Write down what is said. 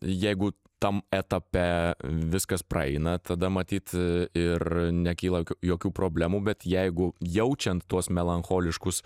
jeigu tam etape viskas praeina tada matyt ir nekyla jokių problemų bet jeigu jaučiant tuos melancholiškus